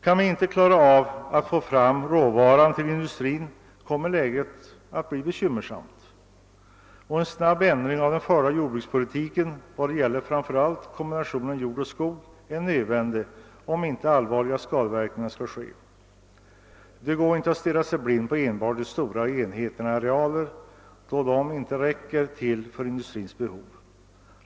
Kan vi inte klara att få fram råvaran till industrin kommer läget att bli bekymmersamt. En snabb ändring av den förda jordbrukspolitiken beträffande framför allt kombinationen jord och skog är nödvändig, om det inte skall bli allvarliga skadeverkningar. Det går inte att enbart stirra sig blind på de stora enheterna då det gäller arealer, eftersom dessa inte räcker till för industrins be hov.